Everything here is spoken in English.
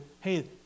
hey